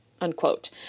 unquote